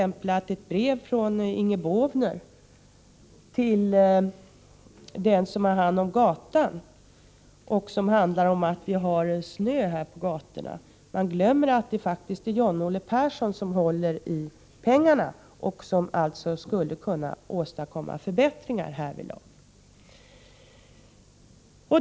Men när Inger Båvner skickar brev till den som har hand om gatorna, det handlar om att vi har snö på gatorna, glömmer hon att det är John-Olle Persson som håller i pengarna och som skulle kunna åstadkomma förbättringar härvidlag.